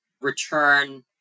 return